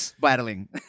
battling